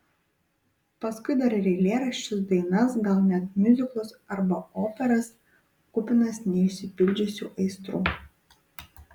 paskui dar ir eilėraščius dainas gal net miuziklus arba operas kupinas neišsipildžiusių aistrų